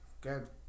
Good